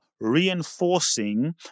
reinforcing